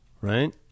Right